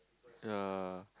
yea